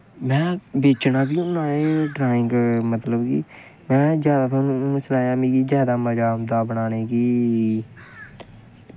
में बेचना बी होना एह् ड्राइंग मतलब कि में तुआनूं सनाया मिगी जैदा मजा आंदा बनाने गी